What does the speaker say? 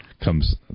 comes